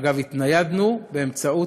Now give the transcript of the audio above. אגב, התניידנו באמצעות